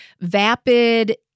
vapid